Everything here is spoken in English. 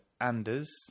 anders